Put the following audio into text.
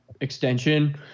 extension